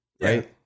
right